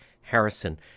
harrison